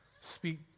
speak